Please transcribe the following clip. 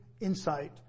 insight